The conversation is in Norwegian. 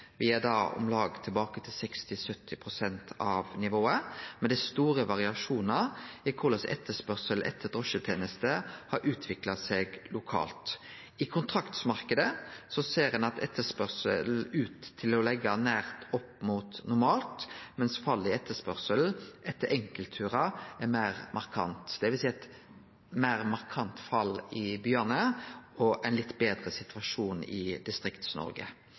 er da tilbake til om lag 60–70 pst. av nivået, men det er store variasjonar i korleis etterspurnaden etter drosjetenester har utvikla seg lokalt. I kontraktsmarknaden ser etterspurnaden ut til å liggje nært opp mot det normale, mens fallet i etterspurnaden etter enkeltturar er meir markant, dvs. eit meir markant fall i byane og ein litt betre situasjon i